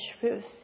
truth